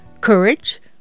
Courage